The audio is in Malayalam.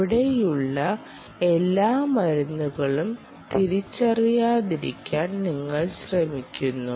അവിടെയുള്ള എല്ലാ മരുന്നുകളും തിരിച്ചറിയാതിരിക്കാൻ നിങ്ങൾ ശ്രമിക്കുന്നു